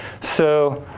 so,